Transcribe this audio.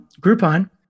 Groupon